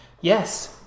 Yes